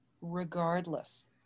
regardless